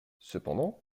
cependant